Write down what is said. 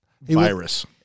virus